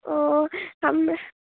ओह हम